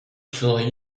souris